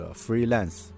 freelance